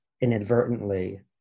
inadvertently